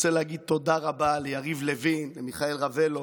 אני רוצה להגיד תודה רבה ליריב לוין ולמיכאל ראבילו,